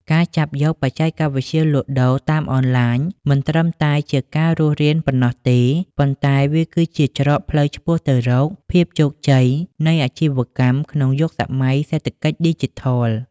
ការចាប់យកបច្ចេកវិទ្យាលក់ដូរតាមអនឡាញមិនត្រឹមតែជាការរស់រានប៉ុណ្ណោះទេ ប៉ុន្តែវាគឺជាច្រកផ្លូវឆ្ពោះទៅរកភាពជោគជ័យនៃអាជីវកម្មក្នុងយុគសម័យសេដ្ឋកិច្ចឌីជីថល។